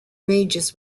ranges